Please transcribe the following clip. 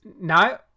No